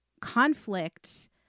conflict